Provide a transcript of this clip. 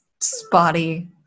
spotty